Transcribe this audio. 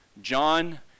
John